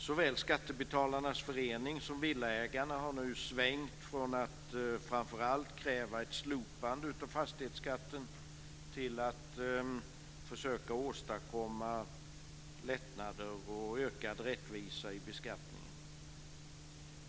Såväl Skattebetalarnas förening som Villaägarna har nu svängt från att framför allt kräva ett slopande av fastighetsskatten till att försöka åstadkomma lättnader och ökad rättvisa i beskattningen.